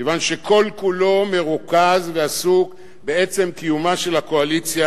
כיוון שכל כולו מרוכז ועסוק בעצם קיומה של הקואליציה,